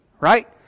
right